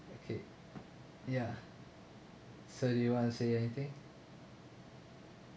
okay ya so do you want to say anything